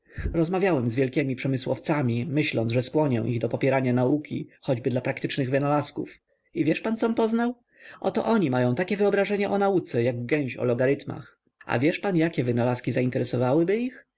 rozmawiałem z wielkimi przemysłowcami myśląc że skłonię ich do popierania nauki choćby dla praktycznych wynalazków i wiesz pan com poznał oto oni mają takie wyobrażenie o nauce jak gęsi o logarytmach a wiesz pan jakie wynalazki zainteresowałyby ich